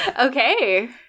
Okay